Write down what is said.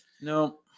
no